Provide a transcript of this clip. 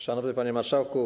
Szanowny Panie Marszałku!